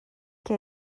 que